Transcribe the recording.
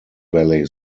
valley